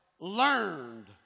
learned